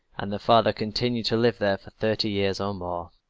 and the father continued to live there for thirty years or more.